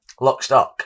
Lockstock